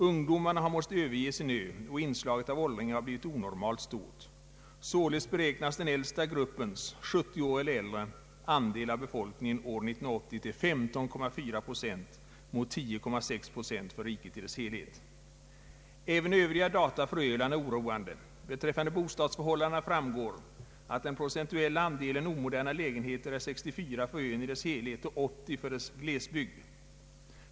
Ungdomarna har måst överge sin ö, och inslaget av åldringar har blivit onormalt stort. Således beräknas den äldsta gruppens — 70 år eller äldre — andel av befolkningen år 1980 till 15,4 procent mot 10,6 procent för riket i dess helhet. Även övriga data för Öland är oroande. Beträffande bostadsförhållandena framgår att den procentuella andelen omoderna lägenheter är 64 för ön i dess helhet och 80 för dess glesbygd.